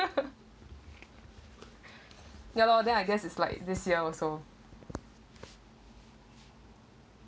ya lor then I guess is like this year also